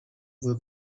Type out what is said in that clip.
wohl